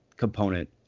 component